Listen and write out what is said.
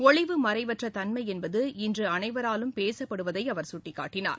ஒளிவுமறைவற்ற தன்மை என்பது இன்று அனைவராலும் பேசுப்படுவதை அவர் சுட்டிக்காட்டினார்